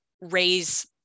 raise